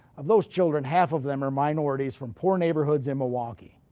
of those children, half of them are minorities from poor neighborhoods in milwaukee.